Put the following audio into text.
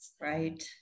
Right